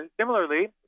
Similarly